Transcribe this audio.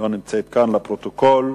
לא נמצאת כאן, לפרוטוקול.